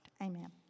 Amen